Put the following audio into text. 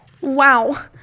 Wow